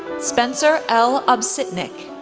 spencer l. obsitnik,